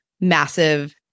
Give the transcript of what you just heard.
massive